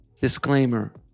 Disclaimer